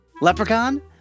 Leprechaun